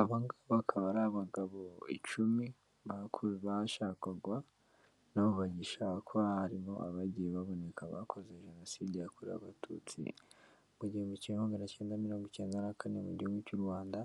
Aba ngaba akaba ari abagabo icumi bashakwaga, n'ubu bagishakwa, harimo abagiye baboneka bakoze Jenoside yakorewe abatutsi mu gihumbi kimwe magana icyenda mirongo icyenda na kane, mu gihugu cy'u Rwanda,